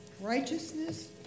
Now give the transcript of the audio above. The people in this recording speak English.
righteousness